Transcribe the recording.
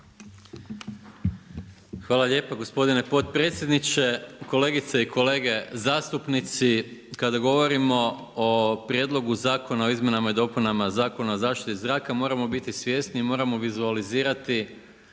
Hvala lijepo gospodine potpredsjedniče, kolegice i kolege zastupnici. Kada govorimo o prijedlogu Zakona o izmjenama i dopunama Zakona o zaštiti zraka moramo biti svjesni i moramo vizualizirati